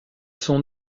sont